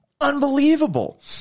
Unbelievable